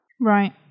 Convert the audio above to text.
Right